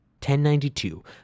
1092